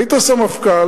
היית סמפכ"ל,